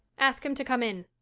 ask him to come in.